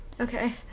Okay